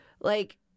Like-